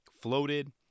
floated